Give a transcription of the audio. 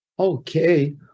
Okay